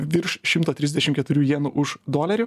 virš šimto trisdešim keturių jienų už dolerį